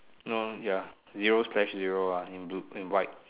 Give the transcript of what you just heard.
no ya zero slash zero ah in blue in white